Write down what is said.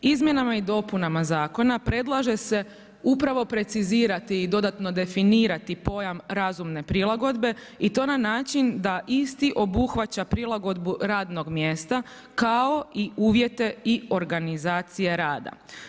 Izmjenama i dopunama zakona predlaže se upravo precizirati i dodatno definirati pojam razumne prilagodbe i to na način da isti obuhvaća prilagodbu radnog mjesta kao i uvjete i organizacije rada.